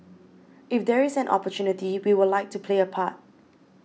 if there is an opportunity we would like to play a part